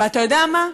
ואתה יודע מה,